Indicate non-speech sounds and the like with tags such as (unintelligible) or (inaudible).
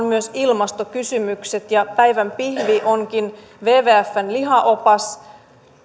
(unintelligible) myös ilmastokysymykset ja päivän pihvi onkin wwfn lihaopas